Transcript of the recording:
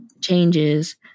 changes